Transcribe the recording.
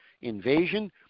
invasion